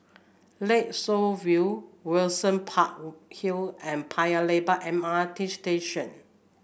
Lakeshore View Windsor Park Hill and Paya Lebar M R T Station